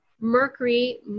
Mercury